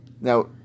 Now